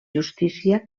justícia